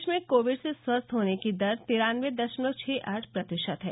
देश में कोविड से स्वस्थ होने की दर तिरानबे दशमलव छह आठ प्रतिशत है